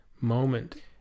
moment